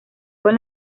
con